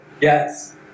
yes